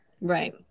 Right